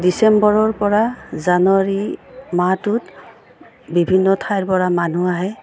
ডিচেম্বৰৰ পৰা জানুৱাৰী মাহটোত বিভিন্ন ঠাইৰ পৰা মানুহ আহে